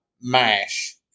MASH